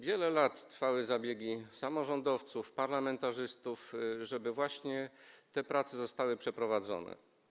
Wiele lat trwały zabiegi samorządowców, parlamentarzystów, żeby właśnie te prace zostały przeprowadzone.